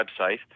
website